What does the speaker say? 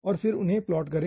और फिर उन्हें प्लॉट करें